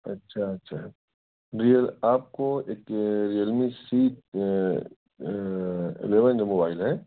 اچھا اچھا ڈیئر آپ کو ایک ریئلمی سی الیون جو موبائل ہے